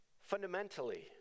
fundamentally